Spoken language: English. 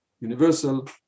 Universal